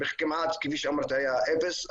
כמעט כפי שאמרתי היה אפס.